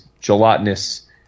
gelatinous